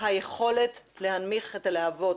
היכולת להנמיך את הלהבות.